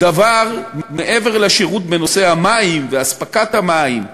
מעבר לשירות בנושא המים ואספקת המים והגבייה,